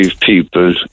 people